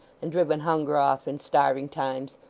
and driven hunger off in starving times?